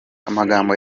amagambo